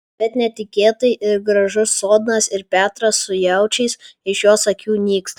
bet netikėtai ir gražus sodnas ir petras su jaučiais iš jos akių nyksta